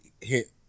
Hit